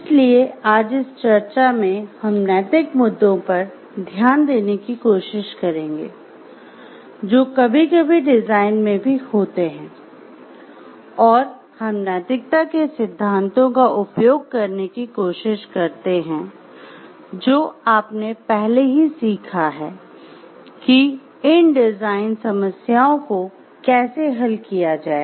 इसलिए आज इस चर्चा में हम नैतिक मुद्दों पर ध्यान देने की कोशिश करेंगे जो कभी कभी डिजाइन में भी होते हैं और हम नैतिकता के सिद्धांतों का उपयोग करने की कोशिश करते हैं जो आपने पहले ही सीखा है कि इन डिजाइन समस्याओं को कैसे हल किया जाए